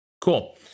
Cool